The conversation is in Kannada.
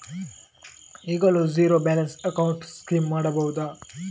ಈಗಲೂ ಝೀರೋ ಬ್ಯಾಲೆನ್ಸ್ ಅಕೌಂಟ್ ಸ್ಕೀಮ್ ಮಾಡಬಹುದಾ?